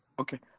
Okay